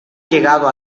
llegado